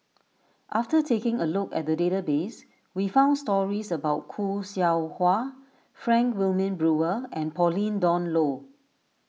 after taking a look at the database we found stories about Khoo Seow Hwa Frank Wilmin Brewer and Pauline Dawn Loh